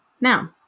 now